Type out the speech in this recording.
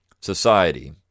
society